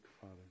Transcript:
Father